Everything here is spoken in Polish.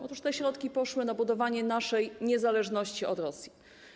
Otóż te środki poszły na budowanie naszej niezależności od Rosji.